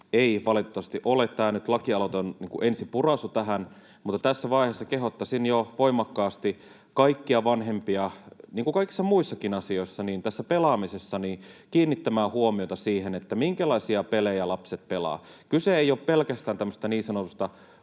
ei valitettavasti ole. Tämä lakialoite on nyt niin kuin ensipuraisu tähän, mutta tässä vaiheessa kehottaisin jo voimakkaasti kaikkia vanhempia, niin kuin kaikissa muissakin asioissa, tässä pelaamisessa kiinnittämään huomiota siihen, minkälaisia pelejä lapset pelaavat. Kyse ei ole pelkästään tämmöisistä niin sanotuista